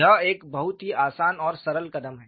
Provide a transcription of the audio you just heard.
यह एक बहुत ही आसान और सरल कदम है